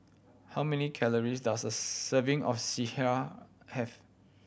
how many calories does a serving of sireh have